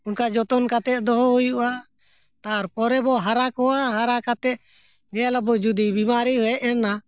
ᱚᱱᱠᱟ ᱡᱚᱛᱚᱱ ᱠᱟᱛᱮᱫ ᱫᱚᱦᱚ ᱦᱩᱭᱩᱜᱼᱟ ᱛᱟᱨᱯᱚᱨᱮ ᱵᱚᱱ ᱦᱟᱨᱟ ᱠᱚᱣᱟ ᱦᱟᱨᱟ ᱠᱟᱛᱮᱫ ᱧᱮᱞ ᱟᱵᱚᱱ ᱡᱩᱫᱤ ᱵᱤᱢᱟᱨᱤ ᱦᱮᱡ ᱮᱱᱟ